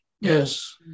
Yes